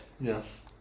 Yes